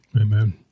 Amen